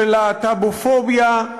של להט"בופוביה,